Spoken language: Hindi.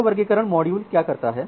यह वर्गीकरण मॉड्यूल क्या करता है